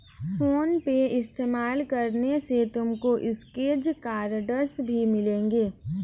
phone पे इस्तेमाल करने पर तुमको स्क्रैच कार्ड्स भी मिलेंगे